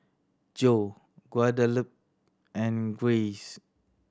Jo Guadalupe and Grayce